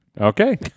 Okay